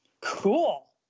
Cool